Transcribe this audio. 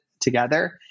together